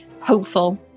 Hopeful